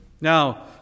now